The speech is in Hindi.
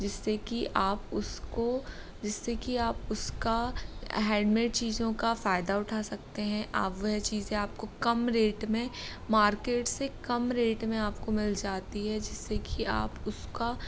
जिससे कि आप उसको जिससे कि आप उसका हैंडमेड चीज़ों का फायदा उठा सकते हैं आप वह चीज़ें आपको कम रेट में मार्केट से कम रेट में आपको मिल जाती है जिससे कि आप उसका